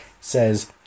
says-